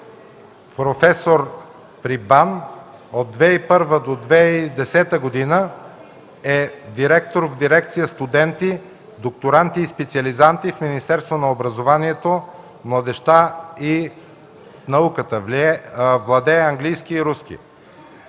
професор при БАН. От 2001 до 2010 г. е директор в дирекция „Студенти, докторанти и специализанти” в Министерството на образованието, младежта и науката. Владее английски и руски